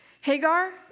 Hagar